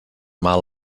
mal